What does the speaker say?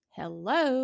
hello